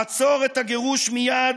עצור את הגירוש מייד,